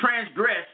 transgress